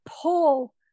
pull